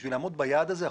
כדי לעמוד ביעד הזה,